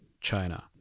China